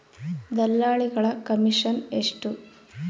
ದಲ್ಲಾಳಿಗಳ ಕಮಿಷನ್ ಎಷ್ಟು?